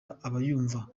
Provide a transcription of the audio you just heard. abayumva